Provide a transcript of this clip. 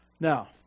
Now